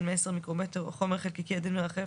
מ-10 מיקרומטר או חומר חלקיקי עדין מרחף